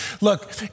look